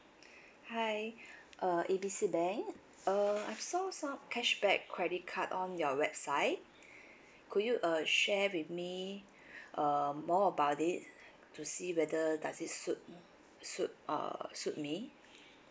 hi uh A B C bank uh I saw some cashback credit card on your website could you uh share with me um more about it to see whether does it suit suit uh suit me